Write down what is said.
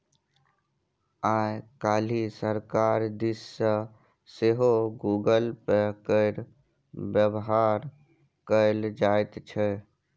आय काल्हि सरकार दिस सँ सेहो गूगल पे केर बेबहार कएल जाइत छै